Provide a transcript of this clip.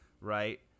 Right